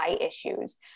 issues